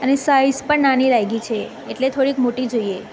અને સાઇઝ પણ નાની લાગી છે એટલે થોડીક મોટી જોઈએ